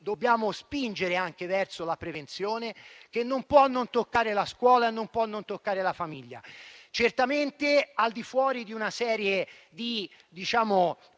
dobbiamo spingere anche verso la prevenzione, che non può non toccare la scuola e non può non toccare la famiglia. Certamente al di fuori di una serie di pregiudizi